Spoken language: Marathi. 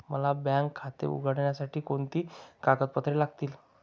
मला बँक खाते उघडण्यासाठी कोणती कागदपत्रे लागतील?